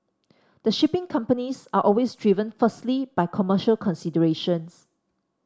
the shipping companies are always driven firstly by commercial considerations